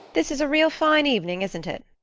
this is a real fine evening, isn't it?